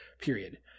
period